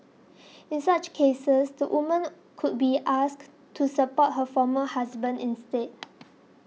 in such cases the woman could be asked to support her former husband instead